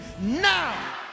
Now